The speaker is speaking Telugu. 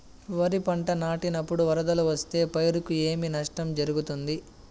వరిపంట నాటినపుడు వరదలు వస్తే పైరుకు ఏమి నష్టం జరుగుతుంది?